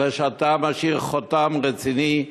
אלא אתה משאיר חותם רציני,